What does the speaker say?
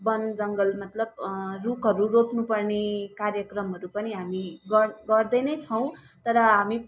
बन जङ्गल मतलब रुखहरू रोप्नु पर्ने कार्यक्रमहरू पनि हामी गर् गर्दै नै छौँ तर हामी